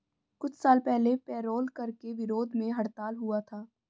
कुछ साल पहले पेरोल कर के विरोध में हड़ताल हुआ था